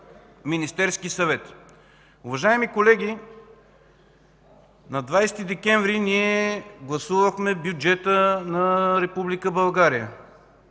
Министерския съвет. Уважаеми колеги, на 20 декември 2014 г. гласувахме бюджета на Република